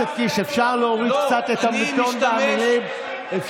הולכים ונגזלים מתחת לרגלינו על ידי